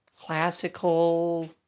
classical